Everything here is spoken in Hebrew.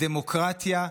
הדמוקרטיה,